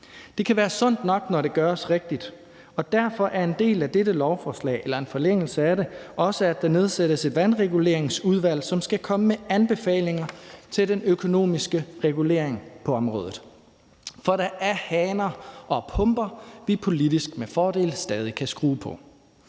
Det kan være sundt nok, når det gøres rigtigt, og derfor er en forlængelse af dette lovforslag, at der også nedsættes et vandreguleringsudvalg, som skal komme med anbefalinger til den økonomiske regulering på området. For der er haner og pumper, vi politisk med fordel stadig kan skrue på.